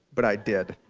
but i did,